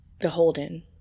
beholden